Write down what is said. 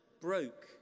broke